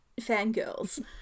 fangirls